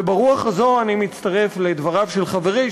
וברוח הזאת אני מצטרף לדבריו של חברי,